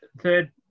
third